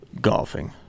golfing